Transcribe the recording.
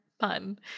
fun